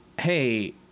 hey